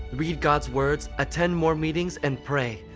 read god's words, attend more meetings, and pray.